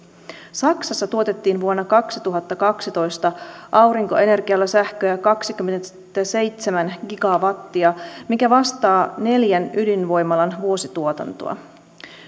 saksassa tuotettiin vuonna kaksituhattakaksitoista aurinkoenergialla sähköä kaksikymmentäseitsemän gigawattia mikä vastaa neljän ydinvoimalan vuosituotantoa